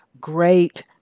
great